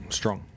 strong